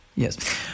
Yes